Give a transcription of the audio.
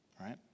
right